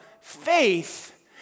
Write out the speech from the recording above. faith